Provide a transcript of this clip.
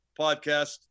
podcast